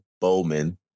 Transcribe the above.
Bowman